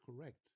correct